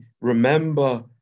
remember